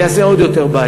זה יעשה בעיה עוד יותר.